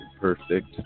perfect